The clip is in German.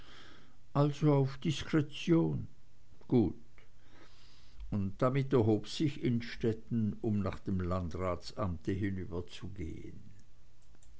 also auf diskretion gut und damit erhob sich innstetten um nach dem landratsamte hinüberzugehen